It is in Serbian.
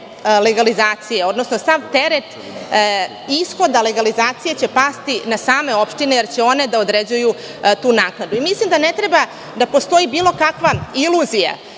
legalizacije, odnosno sav teret ishoda legalizacije će pasti na same opštine jer će one da određuju tu naknadu. Mislim da ne treba da postoji bilo kakva iluzija